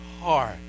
heart